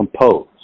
compose